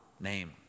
name